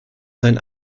seinen